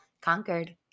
conquered